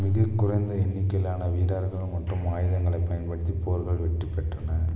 மிகக் குறைந்த எண்ணிக்கையிலான வீரர்கள் மற்றும் ஆயுதங்களைப் பயன்படுத்தி போர்கள் வெற்றிப் பெற்றன